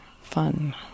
fun